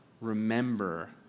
Remember